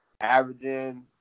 averaging